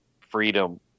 freedom